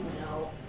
No